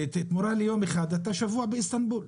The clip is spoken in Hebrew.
בתמורה ליום אחד בישראל אתה שבוע באיסטנבול,